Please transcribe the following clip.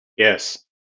Yes